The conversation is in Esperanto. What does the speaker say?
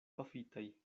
pafitaj